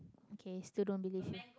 okay still don't believe you